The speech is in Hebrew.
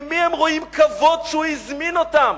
מי הם רואים כבוד שהוא הזמין אותם?